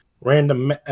random